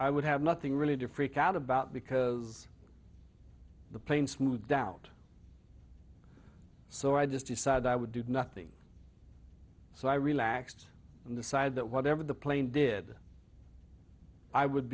i would have nothing really to freak out about because the plane smoothed out so i just decided i would do nothing so i relaxed and decided that whatever the plane did i would